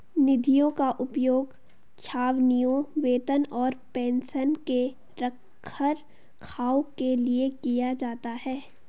निधियों का उपयोग छावनियों, वेतन और पेंशन के रखरखाव के लिए किया जाता है